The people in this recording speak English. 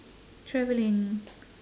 traveling